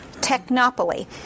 Technopoly